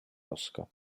oska